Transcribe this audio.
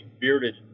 bearded